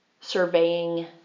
surveying